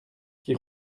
qui